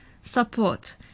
support